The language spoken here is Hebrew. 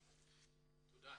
תודה.